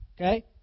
Okay